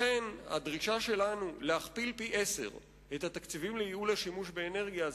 לכן הדרישה שלנו היא להכפיל פי-עשרה את התקציבים לייעול השימוש באנרגיה.